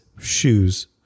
shoes